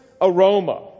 aroma